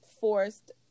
forced